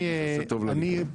זה יעשה טוב לליכוד.